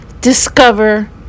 discover